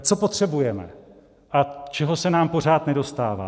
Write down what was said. Co potřebujeme a čeho se nám pořád nedostává.